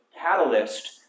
catalyst